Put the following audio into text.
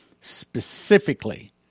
specifically